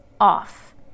off